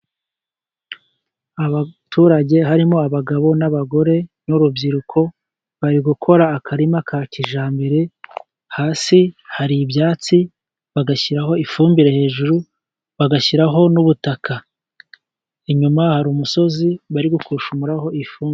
Abaturage harimo abagabo n'abagore n'urubyiruko, bari gukora akarima ka kijyambere, hasi hari ibyatsi, bagashyiraho ifumbire hejuru, bagashyiraho n'ubutaka. Inyuma hari umusozi barimo gushushumuraho ifumbire.